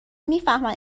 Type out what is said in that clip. میفهمن